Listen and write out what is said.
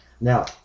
Now